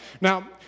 Now